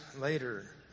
later